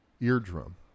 eardrum